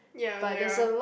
ya there are